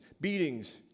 beatings